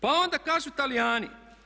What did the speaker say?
Pa onda kažu Talijani.